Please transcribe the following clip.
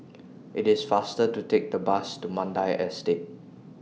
IT IS faster to Take The Bus to Mandai Estate